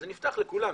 אז זה נפתח לכולם,